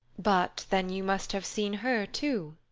but then you must have seen her too?